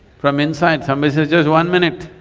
from inside somebody says just one minute,